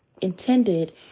intended